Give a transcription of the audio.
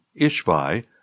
Ishvi